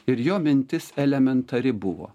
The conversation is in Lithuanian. ir jo mintis elementari buvo